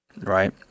Right